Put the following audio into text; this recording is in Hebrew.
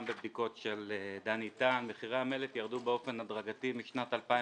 בבדיקות של דני טל שמחירי המלט ירדו באופן הדרגתי משנת 2006,